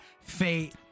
fate